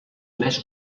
més